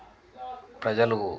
ప్రజలు